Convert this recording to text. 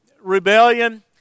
Rebellion